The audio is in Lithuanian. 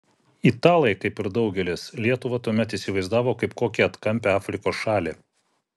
italai kaip ir daugelis lietuvą tuomet įsivaizdavo kaip kokią atkampią afrikos šalį